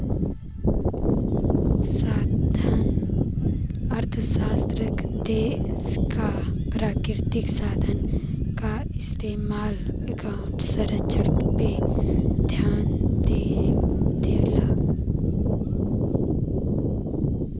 संसाधन अर्थशास्त्री देश क प्राकृतिक संसाधन क इस्तेमाल आउर संरक्षण पे ध्यान देवलन